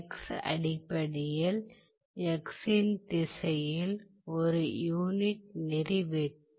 So அடிப்படையில் இன் திசையில் ஒரு யூனிட் நெறி வெக்டர்